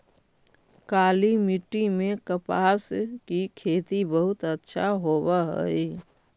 काली मिट्टी में कपास की खेती बहुत अच्छा होवअ हई